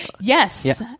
Yes